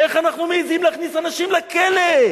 איך אנחנו מעזים להכניס אנשים לכלא?